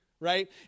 right